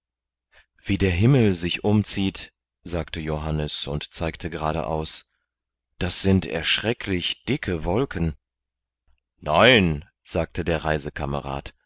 wie der himmel sich umzieht sagte johannes und zeigte gerade aus das sind erschrecklich dicke wolken nein sagte der